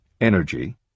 energy